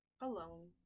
Alone